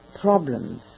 problems